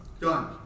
Done